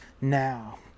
Now